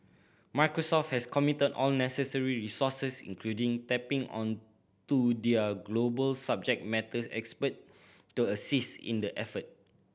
Microsoft has committed all necessary resources including tapping onto their global subject matter expert to assist in the effort